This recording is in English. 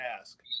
ask